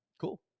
Cool